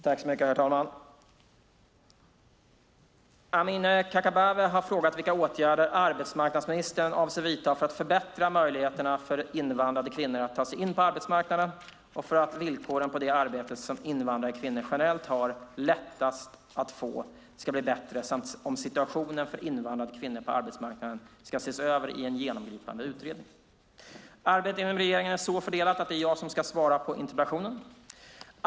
Herr talman! Amineh Kakabaveh har frågat vilka åtgärder arbetsmarknadsministern avser att vidta för att förbättra möjligheterna för invandrade kvinnor att ta sig in på arbetsmarknaden och för att villkoren på de arbeten som invandrade kvinnor generellt har lättast att få ska bli bättre samt om situationen för invandrade kvinnor på arbetsmarknaden ska ses över i en genomgripande utredning. Arbetet inom regeringen är så fördelat att det är jag som ska svara på interpellationen.